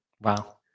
Wow